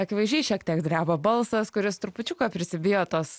akivaizdžiai šiek tiek dreba balsas kuris trupučiuką prisibijo tos